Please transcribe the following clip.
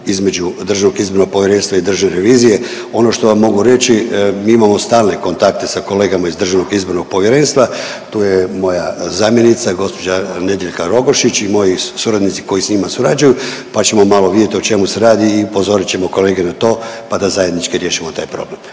između DIP-a i državne revizije ono što vam mogu reći mi imamo stalne kontakte sa kolegama iz DIP-a, tu je moja zamjenica gđa. Nediljka Rogošić i moji suradnici koji s njima surađuju, pa ćemo malo vidjet o čemu se radi i upozorit ćemo kolege na to, pa da zajednički riješimo taj problem.